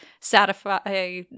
satisfy